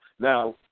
Now